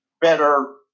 better